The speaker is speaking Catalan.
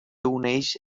uneix